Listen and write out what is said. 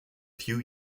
few